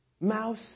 mouse